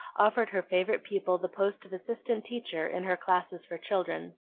offered her favorite pupil the post of assistant teacher in her classes for children.